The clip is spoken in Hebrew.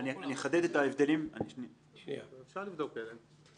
אפשר לבדוק.